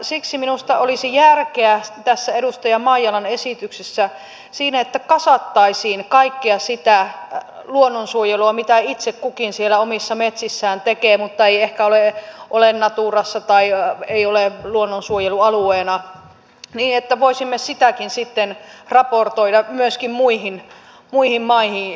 siksi minusta olisi järkeä tässä edustaja maijalan esityksessä siinä että kasattaisiin kaikkea sitä luonnonsuojelua mitä itse kukin siellä omissa metsissään tekee mutta ei ehkä ole naturassa tai ei ole luonnonsuojelualueena niin että voisimme sitäkin sitten raportoida myöskin muihin maihin